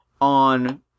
on